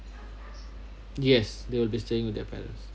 yes they will be staying with their parents